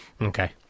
Okay